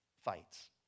fights